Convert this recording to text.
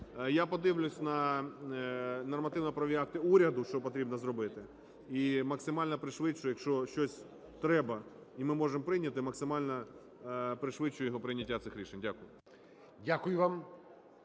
Я подивлюсь на нормативно-правові акти уряду, що потрібно зробити, і максимально пришвидшу. Якщо щось треба і ми можемо прийняти, максимально пришвидшу його прийняття, цих рішень. Дякую. ГОЛОВУЮЧИЙ.